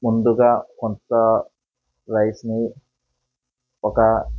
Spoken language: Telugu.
ముందుగా కొంత రైస్ని ఒకా